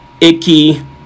Icky